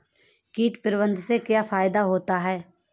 कीट प्रबंधन से क्या फायदा होता है?